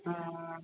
ആ